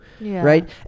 right